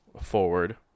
forward